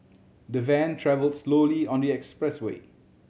the van travelled slowly on the expressway